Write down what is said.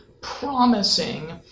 promising